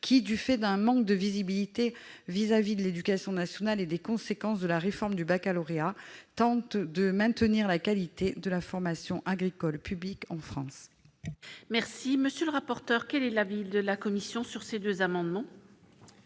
qui, du fait d'un manque de visibilité vis-à-vis de l'éducation nationale et des conséquences de la réforme du Baccalauréat tentent de maintenir la qualité de la formation agricole public en France. Merci, monsieur le rapporteur, quelle est la ville de la commission sur ces deux amendements.